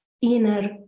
inner